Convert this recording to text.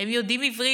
הם יודעים עברית.